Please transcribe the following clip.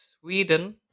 Sweden